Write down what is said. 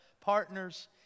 partners